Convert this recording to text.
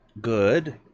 good